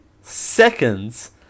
seconds